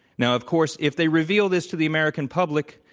now, of course, if they reveal this to the american public,